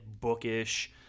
bookish